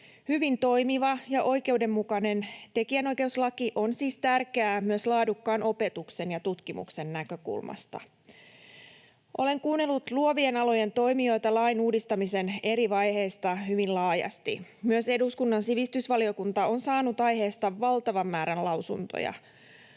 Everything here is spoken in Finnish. Hyvin toimiva ja oikeudenmukainen tekijänoikeuslaki on siis tärkeää myös laadukkaan opetuksen ja tutkimuksen näkökulmasta. Olen kuunnellut luovien alojen toimijoita lain uudistamisen eri vaiheista hyvin laajasti. Myös eduskunnan sivistysvaliokunta on saanut aiheesta valtavan määrän lausuntoja.